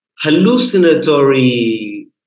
hallucinatory